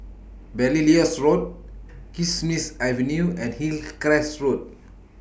Belilios Road Kismis Avenue and Hillcrest Road